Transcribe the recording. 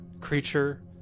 creature